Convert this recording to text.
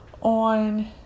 on